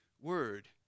Word